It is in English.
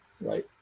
right